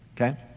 okay